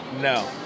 No